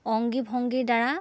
অংগী ভংগীৰ দ্বাৰা